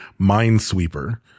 minesweeper